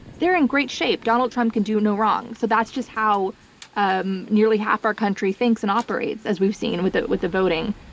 they're in great shape. donald trump can do no wrong. so that's just how um nearly half our country thinks and operates as we've seen with ah with the voting.